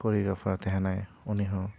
ᱠᱳᱨᱤᱭᱳᱜᱨᱟᱯᱷᱟᱨᱮ ᱛᱟᱦᱮᱱᱟ ᱩᱱᱤ ᱦᱚᱸ